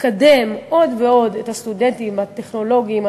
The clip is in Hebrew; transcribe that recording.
שתקדם עוד ועוד את הסטודנטים הטכנולוגיים,